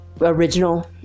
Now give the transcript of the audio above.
original